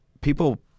People